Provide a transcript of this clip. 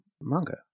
manga